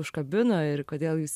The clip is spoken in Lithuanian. užkabino ir kodėl jūs